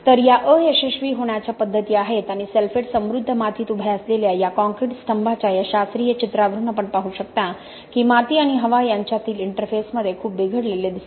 तर या अयशस्वी होण्याच्या पद्धती आहेत आणि सल्फेट समृद्ध मातीत उभ्या असलेल्या या काँक्रीट स्तंभाच्या या शास्त्रीय चित्रावरून आपण पाहू शकता की माती आणि हवा यांच्यातील इंटरफेसमध्ये खूप बिघडलेले दिसते